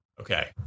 Okay